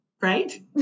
Right